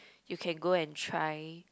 you can go and try